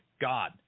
God